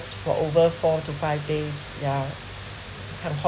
for over four to five days yeah and